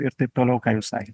ir taip toliau ką jūs sakė